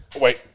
Wait